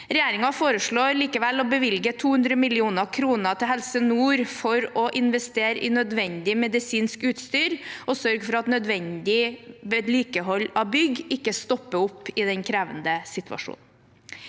Regjeringen foreslår likevel å bevilge 200 mill. kr til Helse nord for å investere i nødvendig medisinsk utstyr og sørge for at nødvendig vedlikehold av bygg ikke stopper opp i den krevende situasjonen.